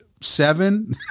seven